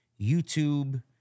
YouTube